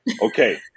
okay